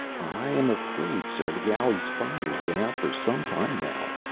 i am afraid, sir, the galley fire's been out for some time now.